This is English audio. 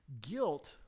Guilt